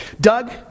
Doug